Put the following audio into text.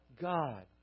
God